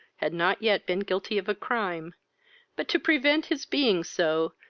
had not yet been guilty of a crime but, to prevent his being so,